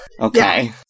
Okay